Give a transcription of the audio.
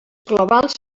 globals